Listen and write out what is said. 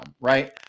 right